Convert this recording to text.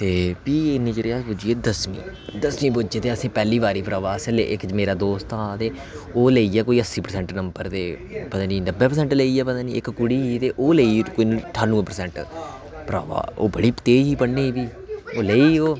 ते फ्ही इन्ने चिरे च अस भुज्जी गे दसमीं दसमीं पुज्जे ते असें पैह्लीं बारी परावा अस इक मेरा दोस्त हा ते ओह् लेई गेआ कोई अस्सी परसैंट नम्बर ते पता नेईं नब्बे परसैंट लेई गेआ पता नेईं इक कुड़ी ही ते ओह् लेई गेई कोई ठानवें परसैंट भ्रावा ओह् बड़ी तेज ही पढ़ने गी ओह् लेई गेई ओह्